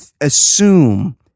assume